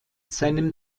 seinem